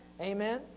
Amen